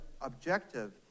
objective